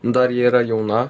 dar yra jauna